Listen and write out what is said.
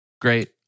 great